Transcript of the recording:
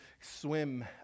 swim